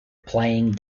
playing